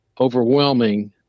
overwhelming